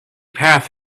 path